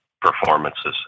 performances